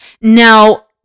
Now